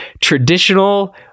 traditional